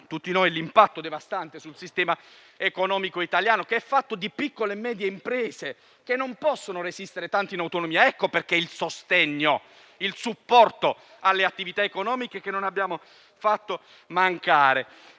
è stato l'impatto devastante della pandemia sul sistema economico italiano, che è fatto di piccole e medie imprese, che non possono resistere tanto in autonomia. Ecco dunque perché il sostegno, il supporto alle attività economiche, che non abbiamo fatto mancare.